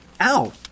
Ow